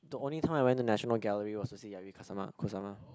the only time I went to National Gallery was to see Yayoi-Kusama Kusama